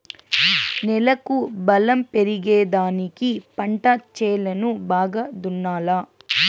నేలకు బలం పెరిగేదానికి పంట చేలను బాగా దున్నాలా